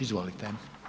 Izvolite.